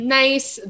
nice